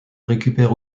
récupère